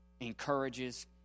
encourages